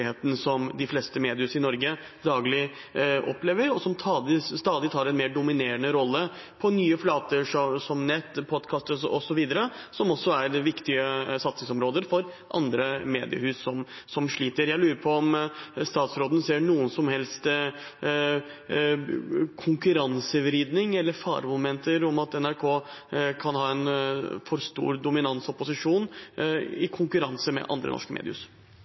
virkeligheten som de fleste mediehus i Norge daglig opplever, og som stadig tar en mer dominerende rolle på nye flater – som nett, podkast osv., som også er viktige satsingsområder for andre mediehus som sliter. Jeg lurer på om statsråden ser noen som helst konkurransevridning eller faremomenter, at NRK kan ha en for stor dominans og posisjon i konkurranse med andre norske mediehus.